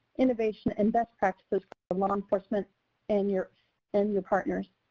innovation and best practices for law enforcement and your and your partners.